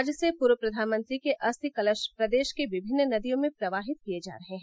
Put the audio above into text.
आज से पूर्व प्रधानमंत्री के अस्थि कलश प्रदेश की विभिन्न नदियों में प्रवाहित किये जा रहे हैं